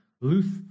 loose